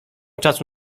czasu